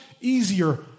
easier